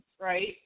right